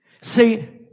See